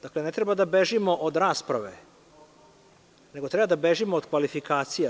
Dakle, ne treba da bežimo od rasprave, nego treba da bežimo od kvalifikacija.